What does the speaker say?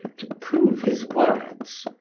to prove his words.